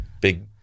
big